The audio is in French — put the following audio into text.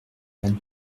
une